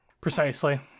Precisely